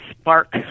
spark